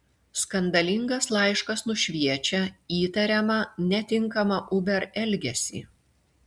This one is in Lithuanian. skandalingas laiškas nušviečia įtariamą netinkamą uber elgesį